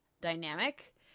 dynamic